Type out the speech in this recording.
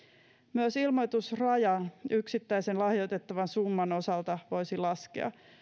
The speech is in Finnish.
myös ilmoitusraja yksittäisen lahjoitettavan summan osalta voisi laskea